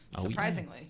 surprisingly